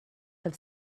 have